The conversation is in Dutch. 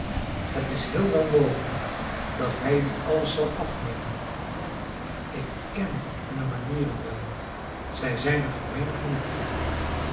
het is heel wel mogelijk dat hij u alles zal afnemen ik ken hunne manieren wel zij zijn er gemeen genoeg toe